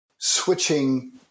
Switching